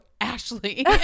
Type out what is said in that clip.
Ashley